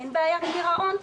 אין בעיית גירעון,